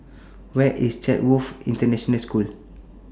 Where IS Chatsworth International School